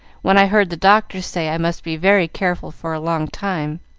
when i heard the doctor say i must be very careful for a long time.